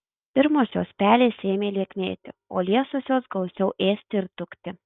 pirmosios pelės ėmė lieknėti o liesosios gausiau ėsti ir tukti